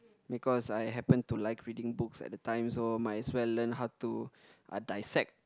because I happen to like reading books at the time so might as well learn how to uh dissect